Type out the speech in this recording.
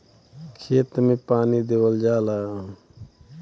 खेत मे पानी देवल जाला